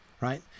right